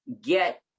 get